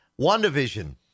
WandaVision